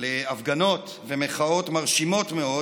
להפגנות ומחאות מרשימות מאוד,